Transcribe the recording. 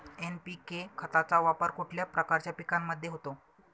NPK खताचा वापर कुठल्या प्रकारच्या पिकांमध्ये होतो?